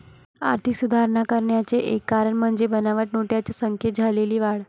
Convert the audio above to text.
आर्थिक सुधारणा करण्याचे एक कारण म्हणजे बनावट नोटांच्या संख्येत झालेली वाढ